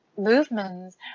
movements